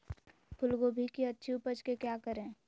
फूलगोभी की अच्छी उपज के क्या करे?